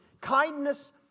Kindness